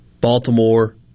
Baltimore